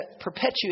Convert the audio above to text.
perpetuate